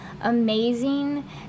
amazing